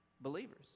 believers